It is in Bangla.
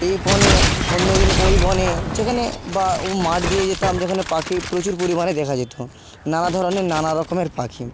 এই বনে অন্য দিন ওই বনে যেখানে বা মাঠ দিয়ে যেতাম যেখানে পাখি প্রচুর পরিমাণে দেখা যেত নানা ধরনের নানা রকমের পাখি